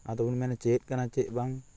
ᱟᱫᱚ ᱵᱚᱱ ᱢᱮᱱᱟ ᱪᱮᱫ ᱠᱟᱱᱟ ᱪᱮᱫ ᱵᱟᱝ